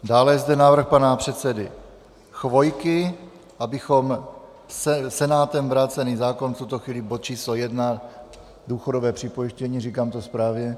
Dále je zde návrh pana předsedy Chvojky, abychom Senátem vrácený zákon, v tuto chvíli bod číslo 1, důchodové připojištění říkám to správně?